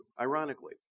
ironically